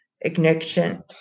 ignition